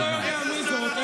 אני לא יודע מי זאת.